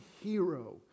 hero